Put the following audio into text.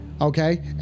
okay